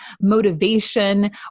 motivation